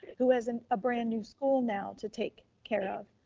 who has and a brand new school now to take care of.